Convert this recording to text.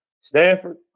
Stanford